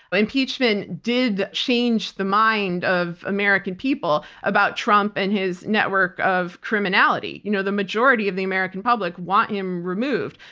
impeachment did change the minds of american people about trump and his network of criminality. you know the majority of the american public want him removed.